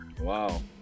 Wow